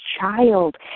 child